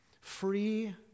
Free